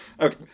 Okay